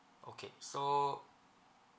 okay so